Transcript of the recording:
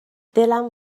دلم